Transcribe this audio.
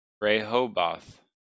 Rehoboth